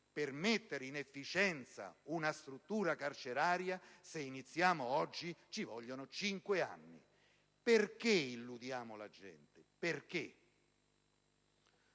per mettere in efficienza una struttura carceraria, se si iniziamo oggi, ci vogliono cinque anni. Perché allora illudiamo la gente,